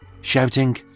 shouting